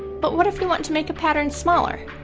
but what if you want to make a pattern smaller?